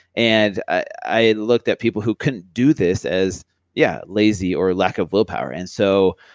and i looked at people who couldn't do this as yeah, lazy or lack of willpower. and so,